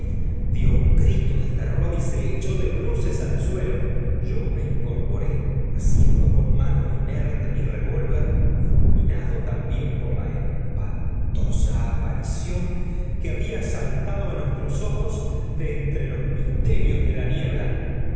dió un grito de terror y he ochó de bruces al suelo yo me incorporé asiendo con mano inerte mi revólver fulminado también por la espantosa aparición que había saltado á nuestros ojos de entre los misterios de la niebla